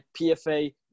pfa